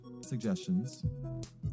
suggestions